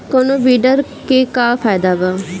कौनो वीडर के का फायदा बा?